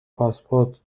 پاسپورت